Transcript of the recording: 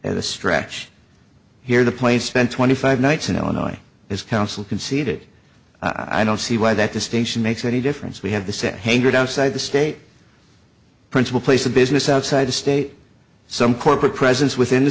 at a stretch here the place spent twenty five nights in illinois is council conceded i don't see why that distinction makes any difference we have the same hangared outside the state principal place of business outside the state some corporate presence within the